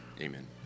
Amen